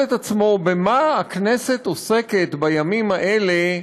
את עצמו במה הכנסת עוסקת בימים האלה,